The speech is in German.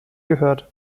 gehört